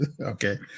Okay